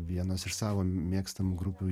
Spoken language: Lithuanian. vienos iš savo mėgstamų grupių